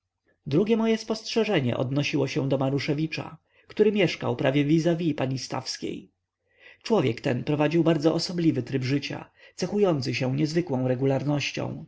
drugie moje spostrzeżenie odnosiło się do maruszewicza który mieszkał prawie vis vis pani stawskiej człowiek ten prowadzi bardzo osobliwy tryb życia cechujący się niezwykłą regularnością